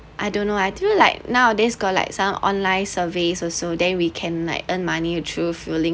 I don't know I through like nowadays got like some online surveys also then we can like earn money through filling